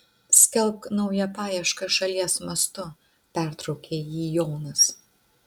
skelbk naują paiešką šalies mastu pertraukė jį jonas